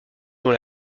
dont